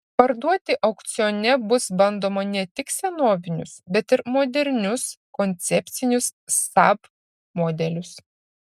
parduoti aukcione bus bandoma ne tik senovinius bet ir modernius koncepcinius saab modelius